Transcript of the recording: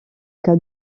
cas